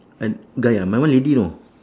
uh guy ah my one lady know